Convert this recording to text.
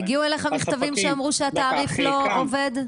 הגיעו אליך מכתבים שאמרו שהתעריף לא עובד?